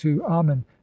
amen